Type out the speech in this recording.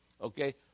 Okay